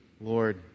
Lord